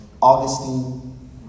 Augustine